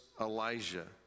Elijah